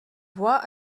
voie